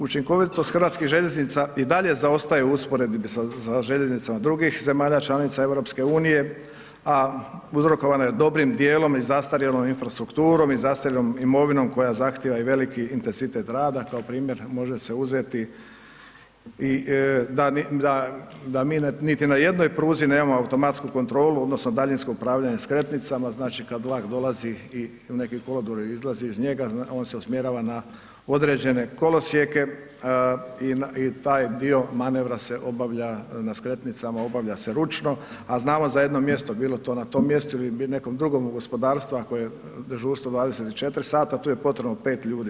Učinkovitost HŽ-a i dalje zaostaju u usporedbi sa željeznicama drugih zemalja članica EU, a uzrokovana je dobrim dijelom i zastarjelom infrastrukturom i zastarjelom imovinom koja zahtjeva i veliki intenzitet rada, kao primjer može se uzeti i da mi niti na jednoj pruzi nemamo automatsku kontrolu, odnosno daljinsko upravljanje skretnicama, znači, kad vlak dolazi i u neki kolodvor, izlazi iz njega, on se usmjerava na određene kolosijeke i taj dio manevra se obavlja na skretnicama, obavlja se ručno, a znamo za jedno mjesto, bilo to na tom mjestu ili nekom drugom gospodarstva koje je dežurstvo 24 sata, tu je potrebno 5 ljudi.